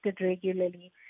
regularly